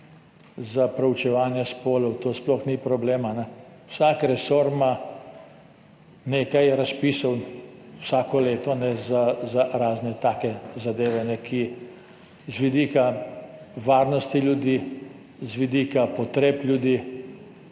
za proučevanje spolov, to sploh ni problema. Vsak resor ima nekaj razpisov vsako leto za razne take zadeve, ki z vidika varnosti ljudi, z vidika potreb ljudi,